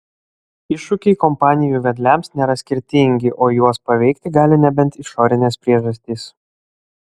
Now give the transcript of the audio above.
iššūkiai kompanijų vedliams nėra skirtingi o juos paveikti gali nebent išorinės priežastys